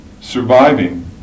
surviving